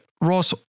Ross